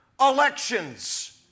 elections